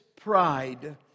pride